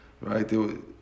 right